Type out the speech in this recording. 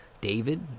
David